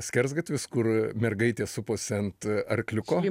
skersgatvis kur mergaitė suposi ant arkliuko